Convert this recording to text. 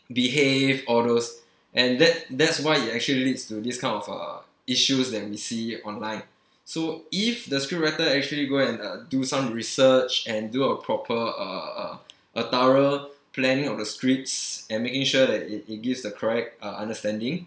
behave all those and that that's why it actually leads to this kind of uh issues that we see online so if the scriptwriter actually go and uh do some research and do a proper uh uh a thorough planning on the scripts and making sure that it it gives the correct uh understanding